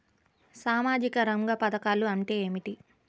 సామాజిక రంగ పధకాలు అంటే ఏమిటీ?